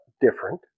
different